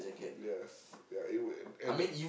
yes ya it would and and that